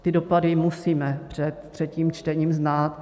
Ty dopady musíme před třetím čtením znát.